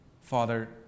Father